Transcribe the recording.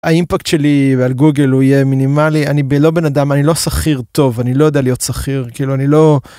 האימפקט שלי על גוגל הוא יהיה מינימלי אני לא בן אדם אני לא שכיר טוב אני לא יודע להיות שכיר כאילו אני לא.